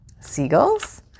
seagulls